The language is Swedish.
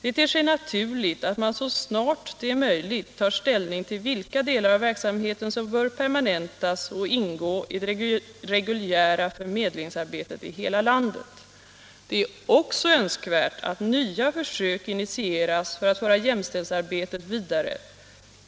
Det ter sig naturligt att man så snart det är möjligt tar ställning till vilka delar av verksamheten som bör permanentas och ingå i det reguljära förmedlingsarbetet i hela landet. Det är också önskvärt att nya försök initieras för att föra jämställdhetsarbetet vidare.